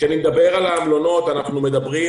כשאני מדבר על המלונות אנחנו מדברים